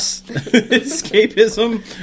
escapism